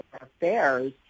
affairs